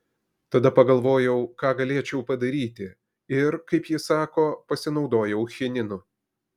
tada pagalvojau ką galėčiau padaryti ir kaip ji sako pasinaudojau chininu